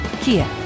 Kia